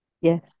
Yes